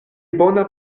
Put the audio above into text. bona